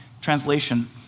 Translation